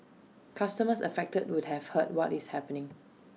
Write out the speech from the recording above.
customers affected would have heard what is happening